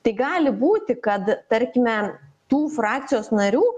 tai gali būti kad tarkime tų frakcijos narių